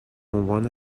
عنوان